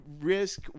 Risk